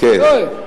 יואל.